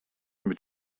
mit